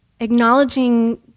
Acknowledging